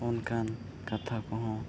ᱚᱱᱠᱟᱱ ᱠᱟᱛᱷᱟ ᱠᱚᱦᱚᱸ